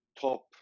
top